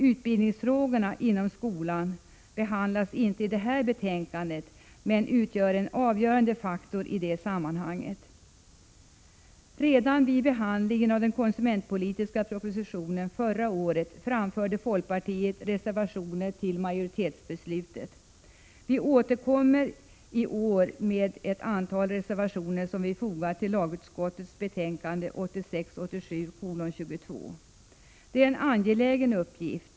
Utbildningen inom skolan på detta område behandlas inte i detta betänkande men utgör en avgörande faktor i det sammanhanget. Redan vid behandlingen av den konsumentpolitiska propositionen förra året reserverade sig folkpartiet mot majoritetsbeslutet. Vi återkommer i år med ett antal reservationer som vi har fogat till lagutskottets betänkande 1986/87:22.